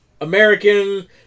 American